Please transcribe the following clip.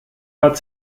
hat